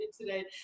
today